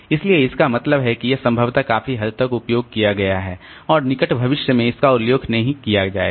इसलिए इसका मतलब है कि यह संभवतः काफी हद तक उपयोग किया गया है और निकट भविष्य में इसका उल्लेख नहीं किया जाएगा